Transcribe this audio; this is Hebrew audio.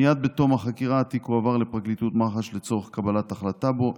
מייד בתום החקירה התיק הועבר לפרקליטות מח"ש לצורך קבלת החלטה בו.